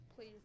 Please